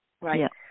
right